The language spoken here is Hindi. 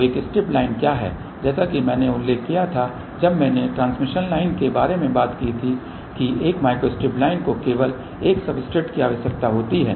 तो एक स्ट्रिप लाइन क्या है जैसा कि मैंने उल्लेख किया था जब मैंने ट्रांसमिशन लाइन के बारे में बात की थी कि एक माइक्रोस्ट्रिप लाइन को केवल एक सब्सट्रेट की आवश्यकता होती है